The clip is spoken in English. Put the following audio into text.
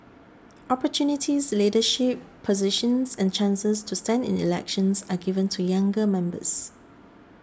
opportunities leadership positions and chances to stand in elections are given to younger members